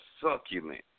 succulent